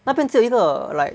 那边只有一个 like